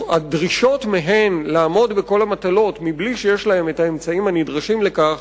הדרישות מהן לעמוד בכל המטלות מבלי שיש להן האמצעים הנדרשים לכך,